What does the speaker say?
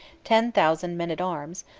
ten thousand men at arms,